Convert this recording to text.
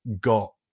got